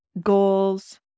goals